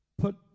put